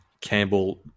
campbell